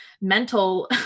mental